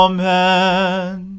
Amen